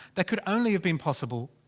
that could only have been possible.